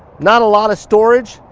not a lot of storage,